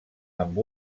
amb